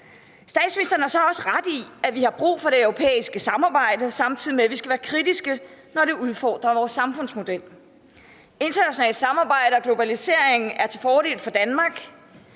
Statsministeren har så også ret i, at vi har brug for det europæiske samarbejde, samtidig med at vi skal være kritiske, når det udfordrer vores samfundsmodel. Internationalt samarbejde og globalisering er til fordel for Danmark,